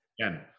again